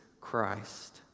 Christ